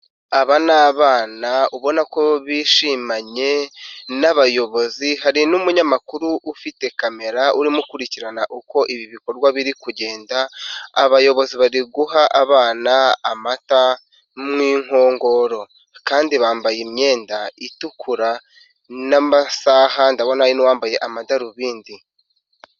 Aba ni abana ubona ko bishimanye n'abayobozi, hari n'umunyamakuru ufite kamera urimo gukurikirana uko ibi bikorwa biri kugenda, abayobozi bari guha abana amata mu nkongoro. kandi bambaye imyenda itukura n'amasaha, ndabona hari n'uwambaye amadarubindi.